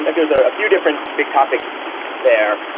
there's a few different big topics there.